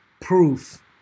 proof